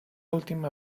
última